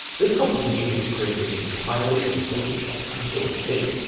this composition was created entirely in photoshop and brought in,